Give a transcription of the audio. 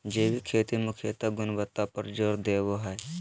जैविक खेती मुख्यत गुणवत्ता पर जोर देवो हय